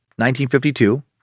1952